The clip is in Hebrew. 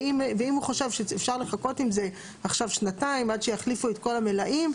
ואם הוא חושב שאפשר לחכות עם זה עכשיו שנתיים עד שיחליפו את כל המלאים,